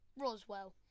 Roswell